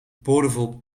boordevol